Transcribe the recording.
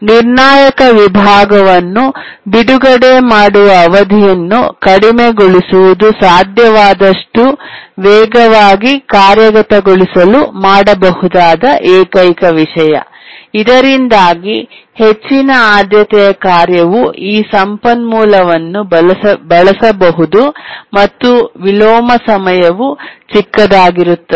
ನಿರ್ಣಾಯಕ ವಿಭಾಗವನ್ನು ಬಿಡುಗಡೆ ಮಾಡುವ ಅವಧಿಯನ್ನು ಕಡಿಮೆಗೊಳಿಸುವುದು ಸಾಧ್ಯವಾದಷ್ಟು ವೇಗವಾಗಿ ಕಾರ್ಯಗತಗೊಳಿಸಲು ಮಾಡಬಹುದಾದ ಏಕೈಕ ವಿಷಯ ಇದರಿಂದಾಗಿ ಹೆಚ್ಚಿನ ಆದ್ಯತೆಯ ಕಾರ್ಯವು ಈ ಸಂಪನ್ಮೂಲವನ್ನು ಬಳಸಬಹುದು ಮತ್ತು ವಿಲೋಮ ಸಮಯವು ಚಿಕ್ಕದಾಗಿರುತ್ತದೆ